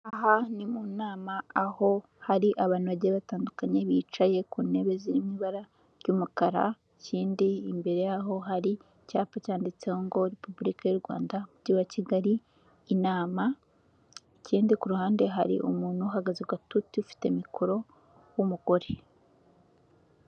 Aha ni mu nama aho hari abantu bagiye batandukanye bicaye ku ntebe ziri mu ibara ry'umukara, ikindi imbere yaho hari icyapa cyanditseho ngo Repubulika y'u Rwanda umujyi wa Kigali inama, ikindi ku ruhande hari umuntu uhagaze ku gatuti ufite mikoro w'umugore.